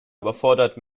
überfordert